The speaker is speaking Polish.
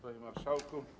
Panie Marszałku!